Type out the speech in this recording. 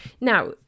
now